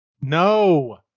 No